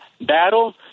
battle